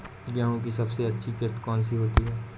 गेहूँ की सबसे अच्छी किश्त कौन सी होती है?